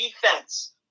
defense